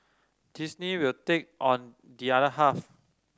Disney will take on the other half